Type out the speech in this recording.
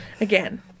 Again